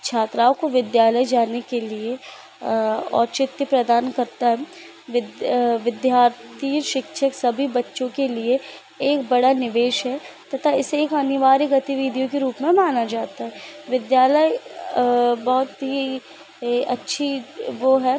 छात्राओं को विद्यालय जाने के लिए औचित्य प्रदान करता है विद्य विध्यार्थी शिक्षक सभी बच्चों के लिए एक बड़ा निवेश है तथा इसे एक अनिवार्य गतिविधियों के रूप में माना जाता है विद्यालय बहुत ही ए अच्छी वह है